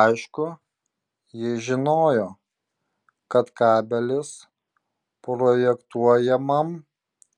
aišku jis žinojo kad kabelis projektuojamam